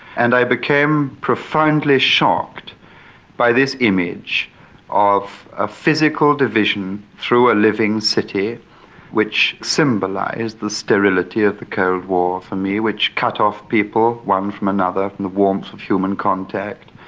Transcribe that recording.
and i became profoundly shocked by this image of a physical division through a living city which symbolised the sterility of the cold war for me which cut off people, one from another, from the warmth of human contact,